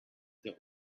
their